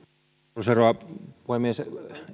arvoisa rouva puhemies